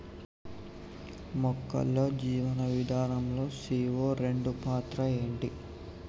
మొక్కల్లో జీవనం విధానం లో సీ.ఓ రెండు పాత్ర ఏంటి?